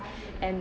and